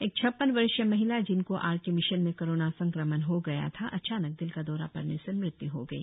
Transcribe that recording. एक छप्पन वर्षीय महिला जिनको आर के मिशन में कोरोना संक्रमण हो गया था अचानक दिल का दौरा पड़ने से मृत्यू हो गई